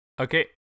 Okay